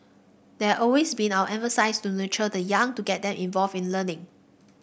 they always been our emphasis to nurture the young to get them involved in learning